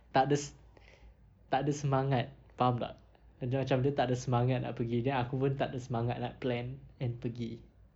tak ada se~ tak ada semangat faham tak dia macam tak ada semangat nak pergi then aku pun tak ada semangat nak plan and pergi